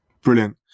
Brilliant